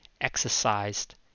exercised